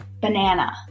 banana